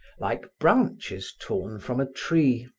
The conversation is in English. like branches torn from a tree.